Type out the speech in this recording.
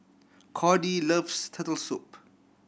Cordie loves Turtle Soup